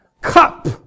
Cup